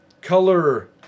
color